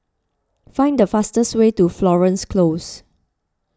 find the fastest way to Florence Close